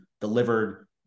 delivered